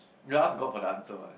yea ask got for the answer what